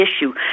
issue